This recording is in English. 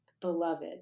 beloved